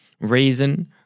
Reason